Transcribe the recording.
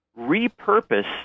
repurpose